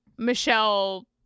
Michelle